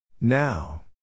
Now